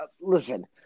Listen